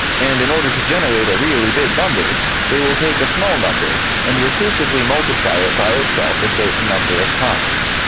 and in order to generate a really big number they will take a small number and recursively multiply it by itself a certain amount of times.